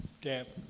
deb?